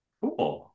Cool